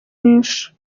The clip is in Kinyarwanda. nyinshi